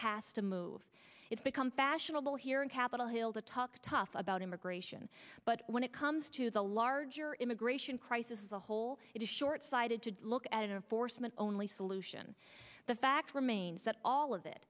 has to move it's become fashionable here capitol hill to talk tough about immigration but when it comes to the larger immigration crisis as a whole it is short sighted to look at and forstmann only solution the fact remains that all of it